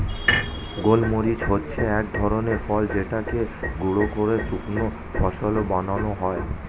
গোলমরিচ হচ্ছে এক ধরনের ফল যেটাকে গুঁড়ো করে শুকনো মসলা বানানো হয়